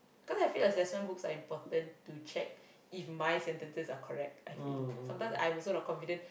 because I feel like assessment books are important to check if my sentences are correct I feel sometimes I also not confident